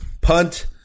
Punt